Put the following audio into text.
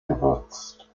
gewürzt